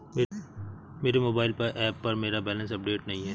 मेरे mobile app पर मेरा बैलेंस अपडेट नहीं है